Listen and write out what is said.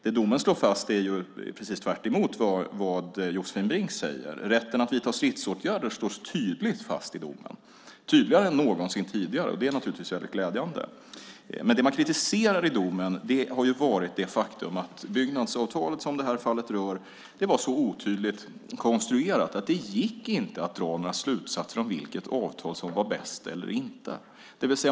Det domen slår fast är precis tvärtemot det som Josefin Brink säger. Rätten att vidta stridsåtgärder slås tydligt fast i domen, tydligare än någonsin tidigare, och det är naturligtvis väldigt glädjande. Men det man kritiserar i domen är det faktum att byggnadsavtalet, som det här fallet rör, var så otydligt konstruerat att det inte gick att dra några slutsatser om vilket avtal som var bäst.